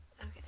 Okay